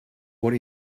what